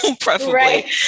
preferably